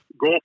Go